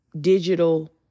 digital